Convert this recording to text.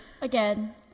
again